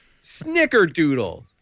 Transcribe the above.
Snickerdoodle